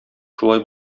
шулай